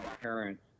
parents